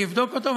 אני אבדוק אותו,